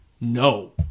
No